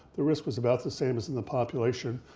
the risk was about the same as in the population.